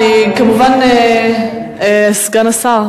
כבוד סגן השר,